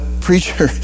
preacher